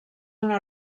una